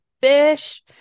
fish